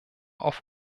auf